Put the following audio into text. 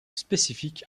spécifique